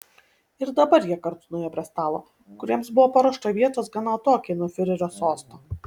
ir dabar jie kartu nuėjo prie stalo kur jiems buvo paruošta vietos gana atokiai nuo fiurerio sosto